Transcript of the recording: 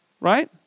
right